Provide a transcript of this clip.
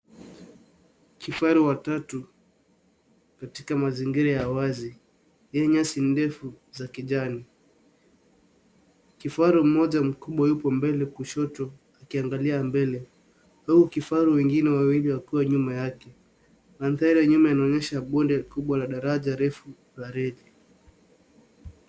Kifaru watatu katika mazingira ya wazi yenye nyasi ndefu za kijani. Kifaru mmoja mkubwa yuko mbele kushoto akiangalia mbele huku vifaru wengine wawili wakiwa nyuma yake. Mandhari ya nyuma yanaonyesha bonde kubwa ya daraja refu ya reli.